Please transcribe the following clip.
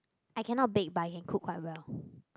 I cannot bake but I can cook quite well